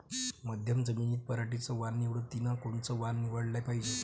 मध्यम जमीनीत पराटीचं वान निवडतानी कोनचं वान निवडाले पायजे?